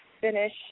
finish